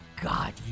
God